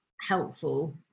helpful